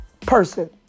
person